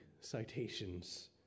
citations